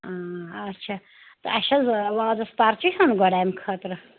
آچھا تہٕ اَسہِ چھِ حظ وازَس پَرچہِ ہیوٚن گۄڈٕ اَمہِ خٲطرٕ